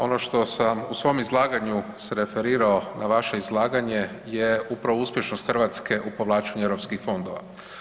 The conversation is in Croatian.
Ono što sam u svom izlaganju se referirao na vaše izlaganje je upravo uspješnost Hrvatske u povlačenju Europskih fondova.